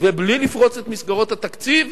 ובלי לפרוץ את מסגרות התקציב,